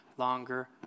longer